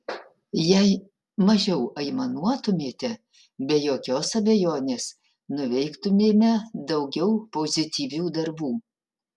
jei mažiau aimanuotumėme be jokios abejonės nuveiktumėme daugiau pozityvių darbų